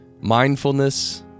mindfulness